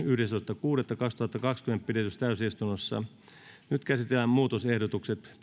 yhdestoista kuudetta kaksituhattakaksikymmentä pidetyssä täysistunnossa nyt käsitellään muutosehdotukset